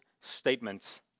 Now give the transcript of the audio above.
statements